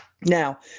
Now